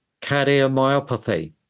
cardiomyopathy